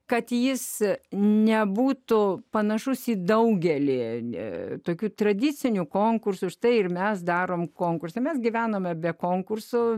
kad jis nebūtų panašus į daugelį ne tokių tradicinių konkursų štai ir mes darome konkursą mes gyvenome be konkursų